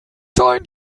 seinen